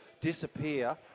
disappear